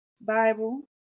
Bible